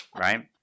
Right